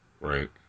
Right